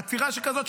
עתירה שכזאת,